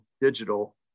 digital